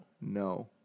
No